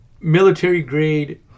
military-grade